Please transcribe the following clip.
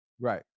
Right